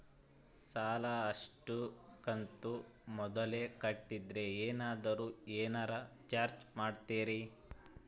ಸಾಲದ ಅಷ್ಟು ಕಂತು ಮೊದಲ ಕಟ್ಟಿದ್ರ ಏನಾದರೂ ಏನರ ಚಾರ್ಜ್ ಮಾಡುತ್ತೇರಿ?